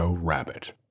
Rabbit